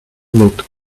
looked